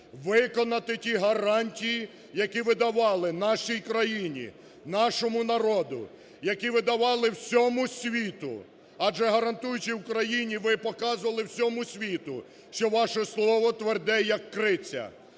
виконати ті гарантії, які ви давали нашій країні, нашому народу, які ви давали всьому світу. Адже, гарантуючи Україні, ви показували всьому світу, що ваше слово тверде, як криця.